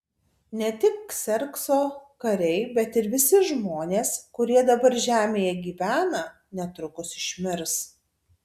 ne tik kserkso kariai bet ir visi žmonės kurie dabar žemėje gyvena netrukus išmirs